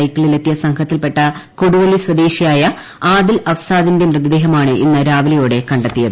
സൈക്കിളിൽ എത്തിയ സംഘത്തിൽപ്പെട്ട കൊടുവള്ളി സ്വദേശിയായ ആദിൽ അഫ് സാദിന്റെ മൃതദേഹമാണ് ഇന്ന് രാവിലെയോടെ കണ്ടെത്തിയത്